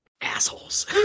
assholes